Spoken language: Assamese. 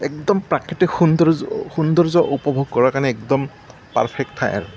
একদম প্ৰাকৃতিক সৌন্দৰ্য সৌন্দৰ্য উপভোগ কৰাৰ কাৰণে একদম পাৰফেক্ট ঠাই আৰু